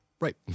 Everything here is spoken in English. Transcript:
Right